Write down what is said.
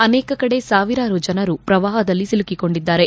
ಅನೇಕ ಕಡೆ ಸಾವಿರಾರು ಜನರು ಪ್ರವಾಹದಲ್ಲಿ ಸಿಲುಕಿಕೊಂಡಿದ್ದಾರೆ